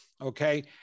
okay